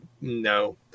no